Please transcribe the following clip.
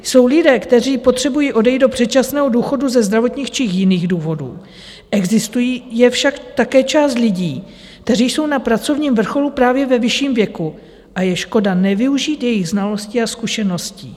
Jsou lidé, kteří potřebují odejít do předčasného důchodu ze zdravotních či jiných důvodů, existuje však také část lidí, kteří jsou na pracovním vrcholu právě ve vyšším věku, a je škoda nevyužít jejich znalostí a zkušeností.